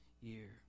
year